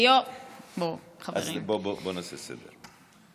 אז בואו נעשה סדר.